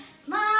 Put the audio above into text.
smile